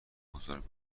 بزرگ